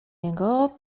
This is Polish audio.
jego